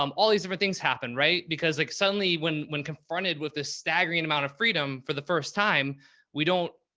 um all these different things happen, right? because like suddenly when, when confronted with the staggering amount of freedom for the first time we don't.